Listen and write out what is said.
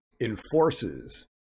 enforces